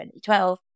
2012